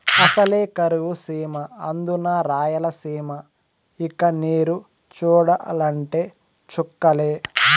అసలే కరువు సీమ అందునా రాయలసీమ ఇక నీరు చూడాలంటే చుక్కలే